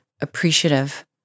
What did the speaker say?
appreciative